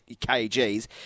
kgs